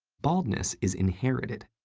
baldness is inherited,